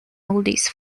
oldies